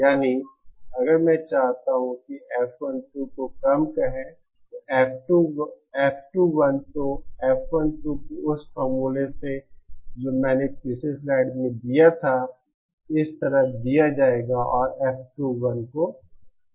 यानी अगर मैं चाहता हूं कि हम F12 को कम कहें तो F21 तो F12 को उस फॉर्मूले से जो मैंने पिछली स्लाइड में दिया था इस तरह दिया जाएगा और F21 को इस तरह दिया जाएगा